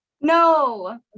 No